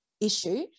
issue